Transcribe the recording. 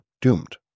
doomed